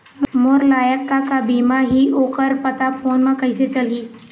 मोर लायक का का बीमा ही ओ कर पता फ़ोन म कइसे चलही?